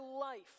life